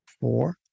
Four